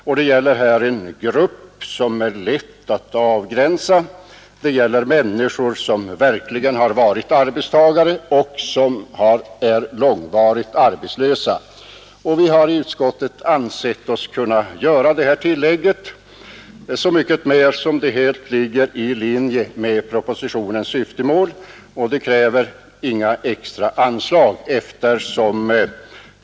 Den grupp som det här är fråga om är lätt att avgränsa. Det gäller människor som har varit arbetstagare och som är långvarigt arbetslösa. Vi har i utskottet ansett oss kunna göra detta tillägg, så mycket mer som det ligger helt i linje med propositionens syfte och inte kräver några extra anslag.